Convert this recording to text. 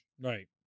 Right